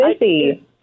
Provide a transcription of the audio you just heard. busy